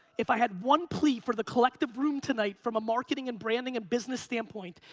if i had one plea for the collective room tonight from a marketing and branding and business standpoint,